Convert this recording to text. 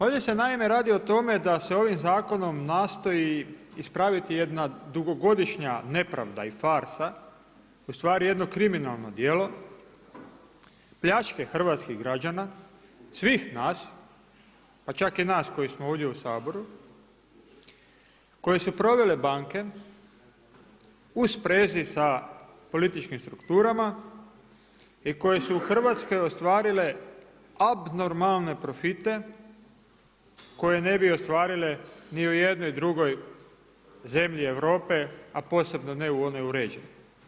Ovdje se naime radi o tome da se ovim zakonom nastoji ispraviti jedna dugogodišnja nepravda i farsa, u stvari jedno kriminalno djelo pljačke hrvatskih građana, svih nas, pa čak i nas koji smo ovdje u Saboru, koje su provele banke u sprezi sa političkim strukturama i koje su u Hrvatskoj ostvarile abnormalne profite koje ne bi ostvarile ni u jednoj drugoj zemlji Europe, a posebno ne u onoj uređenoj.